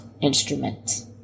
instrument